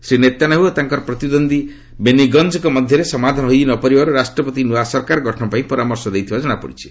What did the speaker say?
Shri Netanyahu ଓ ତାଙ୍କର ପ୍ରତିଦ୍ୱନ୍ଦ୍ୱି ବେନିଗଞ୍ଜଙ୍କ ମଧ୍ୟରେ ସମାଧାନ ହୋଇ ନପାରିବାରୁ ରାଷ୍ଟ୍ରପତି ନୂଆ ସରକାର ଗଠନ ପାଇଁ ପରାମର୍ଶ ଦେଇଥିବା ଜଣାପଡିଛି